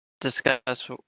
discuss